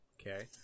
okay